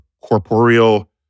corporeal